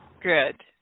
Good